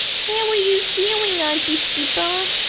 how are you feeling, auntie skipper?